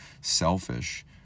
selfish